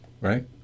right